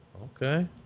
okay